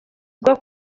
bwo